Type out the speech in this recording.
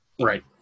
Right